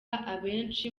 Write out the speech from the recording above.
abenshi